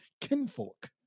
kinfolk